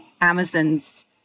Amazon's